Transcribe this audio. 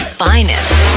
finest